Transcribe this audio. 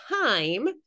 time